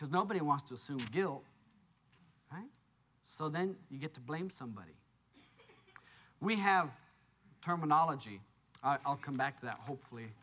because nobody wants to assume guilt so then you get to blame somebody we have terminology i'll come back to that hopefully